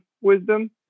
wisdom